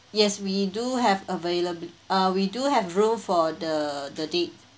yes we do have available uh we do have room for the the date